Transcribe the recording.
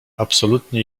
absolutnie